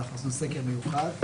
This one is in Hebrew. עשינו סקר מיוחד,